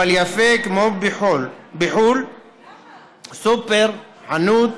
אבל יפה כמו בחו"ל, סופר, חנות,